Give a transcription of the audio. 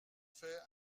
fait